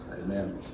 amen